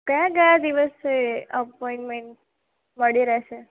કયા કયા દિવસે અપોઇન્મેન્ટ મળી રહેશે